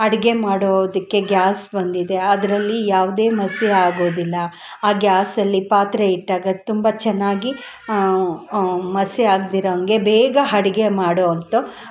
ಅಡುಗೆ ಮಾಡೋದಕ್ಕೆ ಗ್ಯಾಸ್ ಬಂದಿದೆ ಅದರಲ್ಲಿ ಯಾವುದೇ ಮಸಿ ಆಗೋದಿಲ್ಲ ಆ ಗ್ಯಾಸಲ್ಲಿ ಪಾತ್ರೆ ಇಟ್ಟಾಗ ತುಂಬ ಚೆನ್ನಾಗಿ ಮಸಿ ಆಗ್ದಿರೋವಂಗೆ ಬೇಗ ಅಡ್ಗೆ ಮಾಡೋ ಅಂಥ